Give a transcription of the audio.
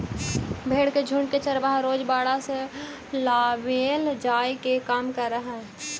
भेंड़ के झुण्ड के चरवाहा रोज बाड़ा से लावेले जाए के काम करऽ हइ